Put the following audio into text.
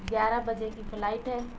گیارہ بجے کی فلائٹ ہے